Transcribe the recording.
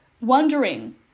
wondering